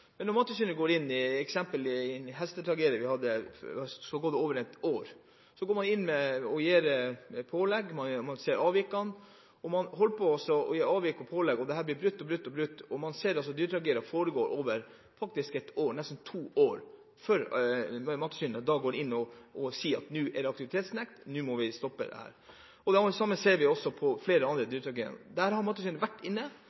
i høst som hadde pågått i over ett år – så går man inn og gir et pålegg, man ser avvikene, og man holder så på med avvik og pålegg, og dette blir brutt og brutt. Man ser altså at dyretragedier faktisk foregår i over ett år, i nesten to år, før Mattilsynet går inn og sier at nå blir det aktivitetsnekt, nå må vi stoppe dette. Noe av det samme ser vi også ved flere andre dyretragedier: Mattilsynet har vært inne,